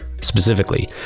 specifically